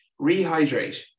rehydrate